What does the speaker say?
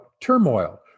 turmoil